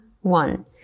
one